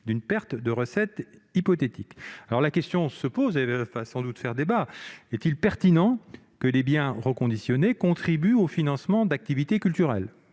d'une perte de recettes hypothétique. Cela étant, la question se pose et elle va sans doute faire débat : est-il pertinent que les biens reconditionnés contribuent au financement d'activités culturelles ?